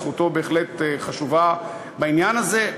זכותו בהחלט חשובה בעניין הזה,